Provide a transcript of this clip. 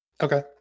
Okay